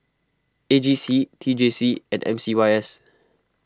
A G C T J C and M C Y S